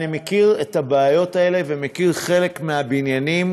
אני מכיר את הבעיות האלה ומכיר חלק מהבניינים,